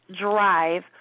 drive